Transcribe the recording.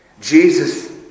Jesus